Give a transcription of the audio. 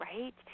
right